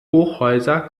hochhäuser